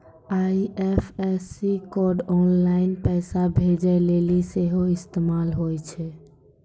IFSC code online पैसा भेजै लेली सेहो इस्तेमाल होय छै